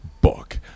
book